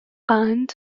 قند